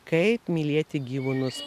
kaip mylėti gyvūnus